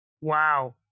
Wow